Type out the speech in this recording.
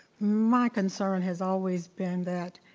my concern has always been that